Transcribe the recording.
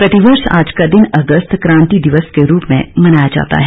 प्रतिवर्ष आज का दिन अगस्त क्रांति दिवस के रूप में मनाया जाता है